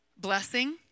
blessing